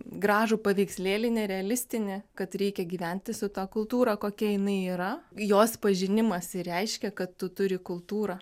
gražų paveikslėlį nerealistinį kad reikia gyventi su ta kultūra kokia jinai yra jos pažinimas reiškia kad tu turi kultūrą